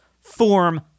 form